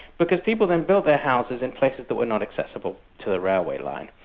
because people then built their houses in places that were not accessible to the railway line,